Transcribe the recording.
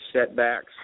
setbacks